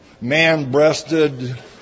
man-breasted